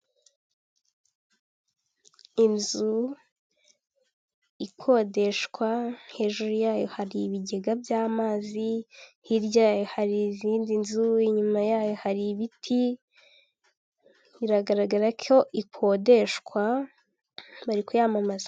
Inzu ikodeshwa hejuru yayo hari ibigega by'amazi, hirya hari izindi nzu, inyuma yayo hari ibiti, biragaragara ko ikodeshwa, bari kuyamamaza.